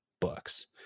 books